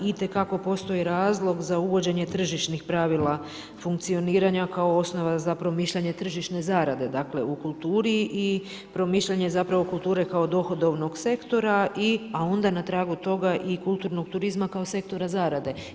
Itekako postoji razlog za uvođenje tržišnih pravila funkcioniranja kao osnova za promišljanje tržišne zarade, dakle, u kulturi i promišljanje zapravo kulture kao dohodovnog sektora, a onda na tragu toga i kulturnog turizma kao sektora zarade.